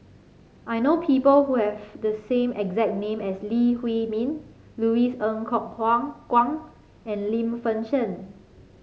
I know people who have the same exact name as Lee Huei Min Louis Ng Kok Kwang and Lim Fei Shen